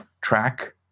track